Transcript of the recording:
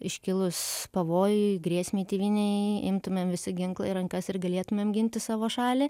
iškilus pavojui grėsmei tėvynei imtumėm visi ginklą į rankas ir galėtumėm ginti savo šalį